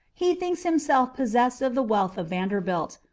he thinks himself possessed of the wealth of vanderbilt,